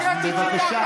אז בבקשה.